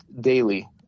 daily